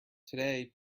today